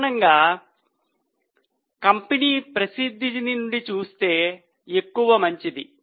సాధారణంగా కంపెనీ ప్రసిద్ధి నుండి చూస్తే ఎక్కువ మంచిది